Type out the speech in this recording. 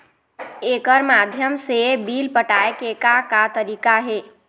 एकर माध्यम से बिल पटाए के का का तरीका हे?